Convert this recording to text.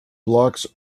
blocks